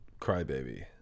crybaby